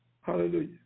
hallelujah